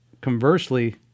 conversely